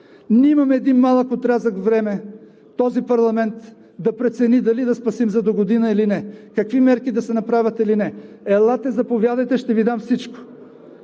Имаме един малък отрязък от време този парламент да прецени дали да спасим за догодина или не? Какви мерки да се направят или не? Елате, заповядайте, ще Ви дам всичко!